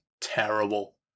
terrible